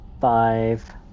five